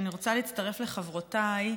אני רוצה להצטרף לחברותיי,